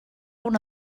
una